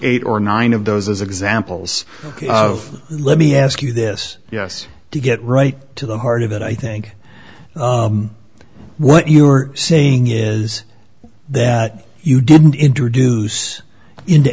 eight or nine of those as examples of let me ask you this yes to get right to the heart of it i think what you are saying is that you didn't introduce into